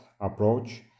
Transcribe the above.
approach